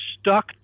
stuck